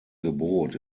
gebot